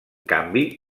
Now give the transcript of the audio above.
canvi